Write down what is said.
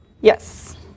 yes